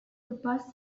bus